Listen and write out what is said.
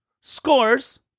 scores